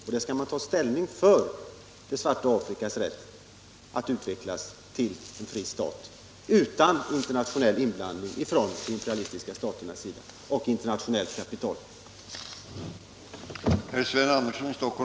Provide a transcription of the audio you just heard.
Här bör man ta ställning för det svarta Afrikas rätt att utvecklas till en fri stat utan inblandning från de imperialistiska staternas sida och av internationellt kapital.